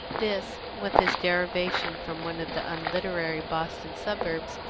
this, with his derivation from one of the unliterary boston suburbs,